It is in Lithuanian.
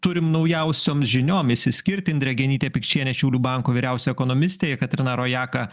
turim naujausiom žiniom išsiskirt indrė genytė pikčienė šiaulių banko vyriausioji ekonomistė jekaterina rojaka